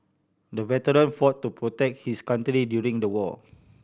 the veteran fought to protect his country during the war